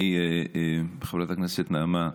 חברת הכנסת נעמה,